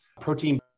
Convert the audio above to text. protein